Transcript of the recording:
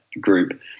group